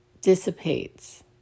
dissipates